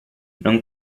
non